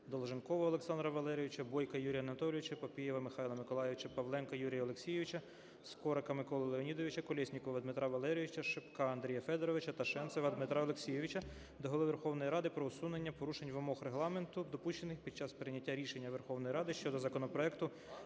Долженкова Олександра Валерійовича, Бойка Юрія Анатолійовича, Папієва Михайла Миколайовича, Павленка Юрія Олексійовича, Скорика Миколи Леонідовича, Колєснікова Дмитра Валерійовича, Шипка Андрія Федоровича та Шенцева Дмитра Олексійовича до Голови Верховної Ради про усунення порушень вимог Регламенту, допущених під час прийняття рішення Верховної Ради щодо законопроекту